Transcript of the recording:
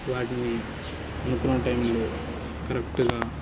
వాటిని అనుకున్న టైంలో కరెక్ట్గా